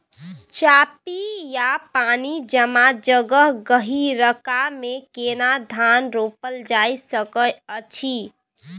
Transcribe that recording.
चापि या पानी जमा जगह, गहिरका मे केना धान रोपल जा सकै अछि?